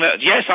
Yes